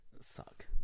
suck